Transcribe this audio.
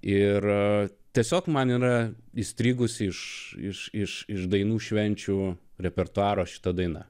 ir tiesiog man yra įstrigus iš dainų švenčių repertuaro šita daina